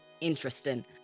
interesting